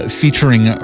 featuring